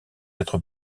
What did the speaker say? être